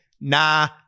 nah